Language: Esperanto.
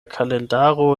kalendaro